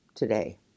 today